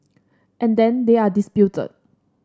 and then they are disputed